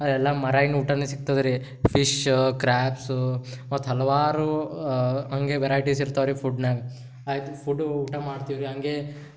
ಅಲ್ಲೆಲ್ಲ ಮರೈನ್ ಊಟವೇ ಸಿಗ್ತದೆ ರಿ ಫಿಶ್ಶು ಕ್ರಾಬ್ಸು ಮತ್ತು ಹಲವಾರು ಹಂಗೆ ವೆರೈಟೀಸ್ ಇರ್ತವೆ ರಿ ಫುಡ್ನಾಗ ಆಯಿತು ಫುಡು ಊಟ ಮಾಡ್ತೀವಿ ರಿ ಹಂಗೆ